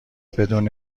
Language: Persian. بدون